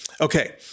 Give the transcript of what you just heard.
Okay